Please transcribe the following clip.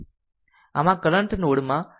આમ આ current node માં પ્રવેશ કરી રહ્યો છે